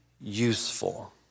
useful